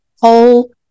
whole